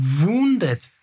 wounded